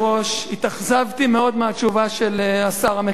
התאכזבתי מאוד מהתשובה של השר המקשר.